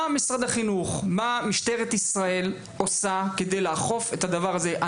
מה משרד החינוך ומשטרת ישראל צריכים לעשות כדי לאכוף את הדבר הזה?